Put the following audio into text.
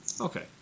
Okay